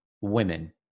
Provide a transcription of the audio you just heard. women